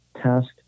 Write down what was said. task